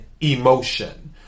emotion